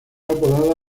apodada